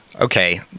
Okay